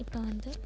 இப்போ வந்து